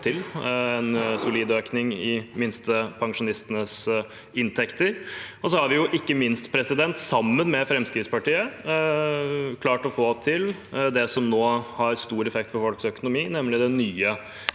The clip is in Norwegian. til en solid økning i minstepensjonistenes inntekter. Så har vi, ikke minst, sammen med Fremskrittspartiet, klart å få til det som nå har stor effekt for folks økonomi, nemlig den nye